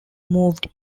moved